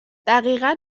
دقیقا